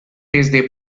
desde